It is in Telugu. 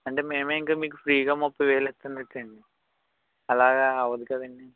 అంటే మేము ఇంకా మీకు ఫ్రీగా ముప్పై వేలు ఇస్తున్నట్టు అండి డి అలాగ అవ్వదు కదండి